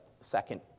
second